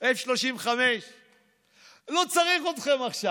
F-35. F-35. לא צריך אתכם עכשיו,